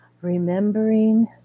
Remembering